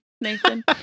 Nathan